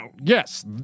yes